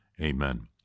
Amen